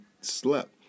slept